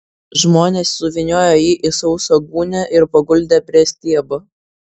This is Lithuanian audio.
žmonės suvyniojo jį į sausą gūnią ir paguldė prie stiebo